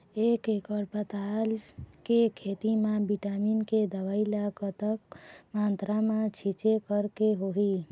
एक एकड़ पताल के खेत मा विटामिन के दवई ला कतक मात्रा मा छीचें करके होही?